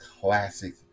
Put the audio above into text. classic